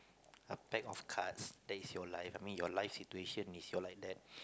a pack of cards that is your life I mean your life situation is your like that